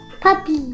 Puppy